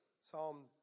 Psalm